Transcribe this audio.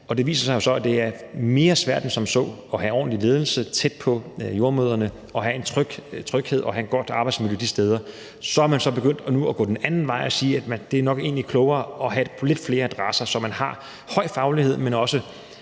har vist sig, at det er mere svært end som så at have en ordentlig ledelse tæt på jordemødrene og at have en tryghed og at have et godt arbejdsmiljø de steder. Så man er nu begyndt at gå den anden vej og sige, at det nok egentlig er klogere at have det på lidt flere adresser, så man har en høj faglighed, men også